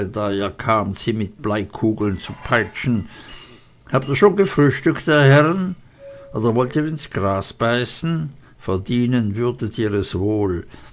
da ihr kamet sie mit bleikugeln zu peitschen habt ihr schon gefrühstückt ihr herren oder wollt ihr ins gras beißen verdienen würdet ihr es wohl